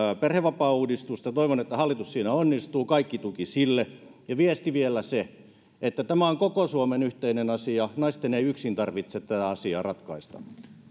perhevapaauudistusta toivon että hallitus siinä onnistuu kaikki tuki sille ja vielä se viesti että tämä on koko suomen yhteinen asia naisten ei yksin tarvitse tätä asiaa ratkaista